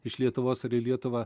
iš lietuvos ar į lietuvą